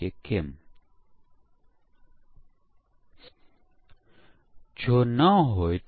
કેમ પહેલા એકમ પરીક્ષણ પછી છેવટે એકીકરણ અને સિસ્ટમ પરીક્ષણ કરીએ છીએ